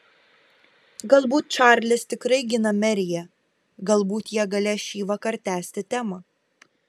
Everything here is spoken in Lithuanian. galbūt čarlis tikrai gina meriją galbūt jie galės šįvakar tęsti temą